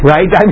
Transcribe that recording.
Right